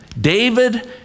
David